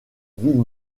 ville